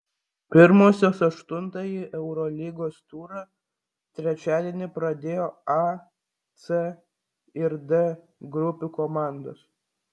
pirmosios aštuntąjį eurolygos turą trečiadienį pradėjo a c ir d grupių komandos